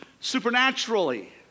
supernaturally